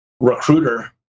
recruiter